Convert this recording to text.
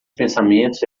pensamentos